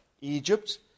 Egypt